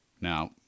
Now